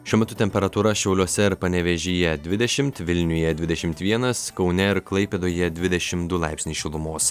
šiuo metu temperatūra šiauliuose ir panevėžyje dvidešimt vilniuje dvidešimt vienas kaune ir klaipėdoje dvidešim du laipsniai šilumos